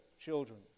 children